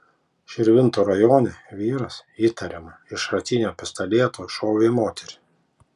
širvintų rajone vyras įtariama iš šratinio pistoleto šovė į moterį